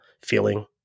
feeling